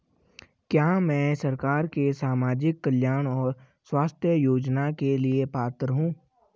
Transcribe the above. क्या मैं सरकार के सामाजिक कल्याण और स्वास्थ्य योजना के लिए पात्र हूं?